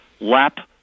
Lap